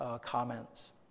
comments